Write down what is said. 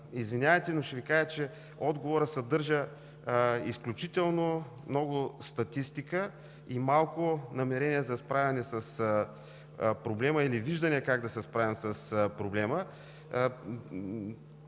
Извинявайте, но ще Ви кажа, че отговорът съдържа изключително много статистика и малко намерения за справяне с проблема или виждания как да се справим с проблема.